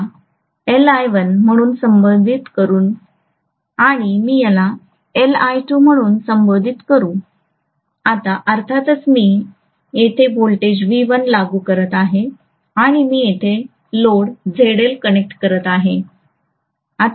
मी याला Ll1 म्हणून संबोधित करू आणि मी याला Ll2 म्हणून संबोधित करू आता अर्थातच मी येथे व्होल्टेज V1 लागू करत आहे आणि मी येथे लोड ZL कनेक्ट करत आहे